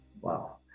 wow